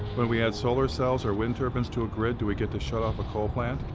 when we add solar cells or wind turbines to a grid, do we get to shut off a coal plant?